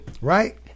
Right